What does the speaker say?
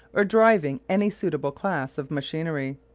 or driving any suitable class of machinery.